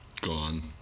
Gone